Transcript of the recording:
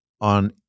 on